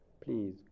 please